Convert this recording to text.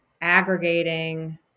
aggregating